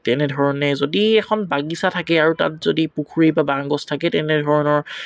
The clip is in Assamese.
তেনেধৰণে যদি এখন বাগিছা থাকে আৰু তাত যদি পুখুৰী বা বাঁহ গছ থাকে তেনেধৰণৰ